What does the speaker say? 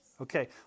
Okay